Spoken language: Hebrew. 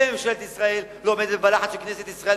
וממשלת ישראל לא עומדת בלחץ של כנסת ישראל,